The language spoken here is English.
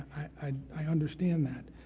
i understand that,